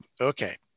Okay